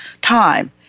time